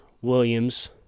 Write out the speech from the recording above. Williams